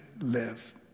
live